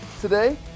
today